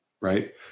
right